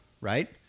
right